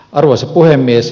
arvoisa puhemies